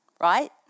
right